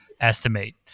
estimate